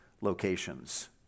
locations